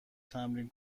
تمرین